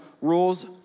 rules